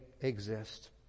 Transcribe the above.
exist